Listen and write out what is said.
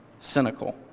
cynical